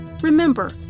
Remember